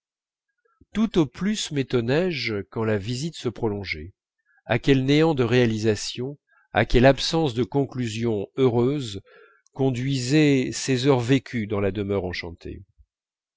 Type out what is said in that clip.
tout au plus métonnais je quand la visite se prolongeait à quel néant de réalisation à quelle absence de conclusion heureuse conduisaient ces heures vécues dans la demeure enchantée